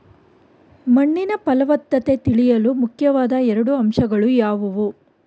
ಮಣ್ಣಿನ ಫಲವತ್ತತೆ ತಿಳಿಯಲು ಮುಖ್ಯವಾದ ಎರಡು ಅಂಶಗಳು ಯಾವುವು?